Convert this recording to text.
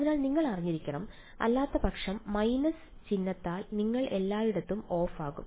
അതിനാൽ നിങ്ങൾ അറിഞ്ഞിരിക്കണം അല്ലാത്തപക്ഷം മൈനസ് ചിഹ്നത്താൽ നിങ്ങൾ എല്ലായിടത്തും ഓഫാകും